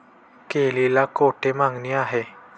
केळीला कोठे मागणी आहे?